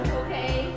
okay